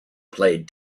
played